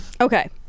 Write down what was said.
Okay